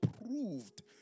approved